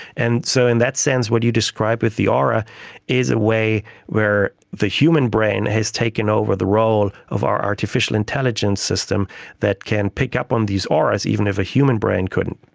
and so in that sense what you describe with the aura is a way where the human brain has taken over the role of our artificial intelligence system that can pick up on these auras, even if a human brain couldn't.